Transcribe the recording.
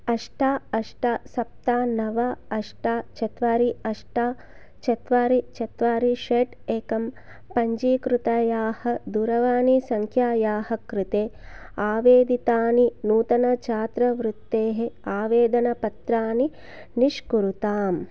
अष्ट अष्ट सप्त नव अष्ट चत्वारि अष्ट चत्वारि चत्वारि षट् एकं पञ्जीकृतायाः दूरवाणीसङ्ख्यायाः कृते आवेदितानि नूतनछात्रवृत्तेः आवेदनपत्राणि निष्कुरुताम्